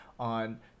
On